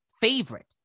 favorite